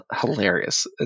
hilarious